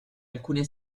alcune